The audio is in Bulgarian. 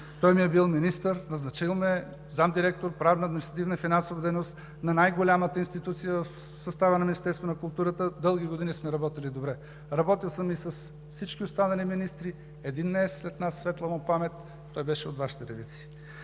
Той ми е бил министър, назначил ме е заместник-директор – „Правно-административна и финансова дейност“ на най-голямата институция в състава на Министерството на културата. Дълги години сме работили добре. Работил съм и с всички останали министри, един не е сред нас – светла му памет, той беше от Вашите редици.